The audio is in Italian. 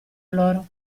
loro